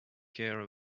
care